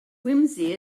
whimsy